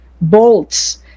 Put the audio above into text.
bolts